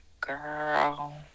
girl